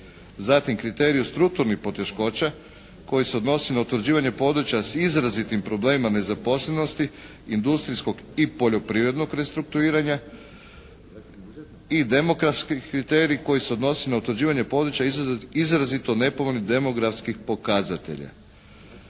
se ne razumije./… poteškoća koji se odnosi na utvrđivanje područja s izrazitim problemima nezaposlenosti, industrijskog i poljoprivrednog restrukturiranja i demokratski kriterij koji se odnosi na utvrđivanje područje izrazito nepovoljnih demografskih pokazatelja.